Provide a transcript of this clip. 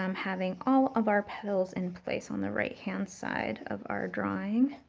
um having all of our petals in place on the right-hand side of our drawing.